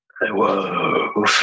whoa